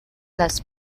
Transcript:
les